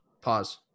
Pause